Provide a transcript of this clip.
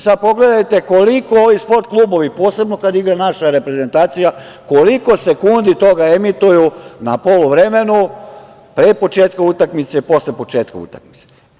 Sada, pogledajte koliko ovi sport klubovi, posebno kada igra naša reprezentacija, koliko sekundi toga emituju na poluvremenu, pre početka utakmice i posle početka utakmice.